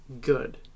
Good